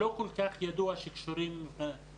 לא כל כך ידוע שהן קשורות בעישון,